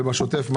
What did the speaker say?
מה בשוטף?